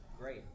great